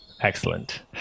Excellent